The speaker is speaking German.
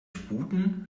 sputen